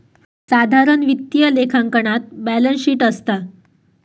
साधारण वित्तीय लेखांकनात बॅलेंस शीट असता